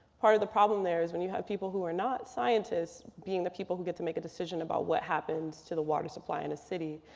part of the problem there is when you have people who are not scientists being the people who get to make a decision about what happens to the water supply in a city.